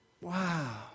Wow